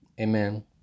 Amen